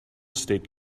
estate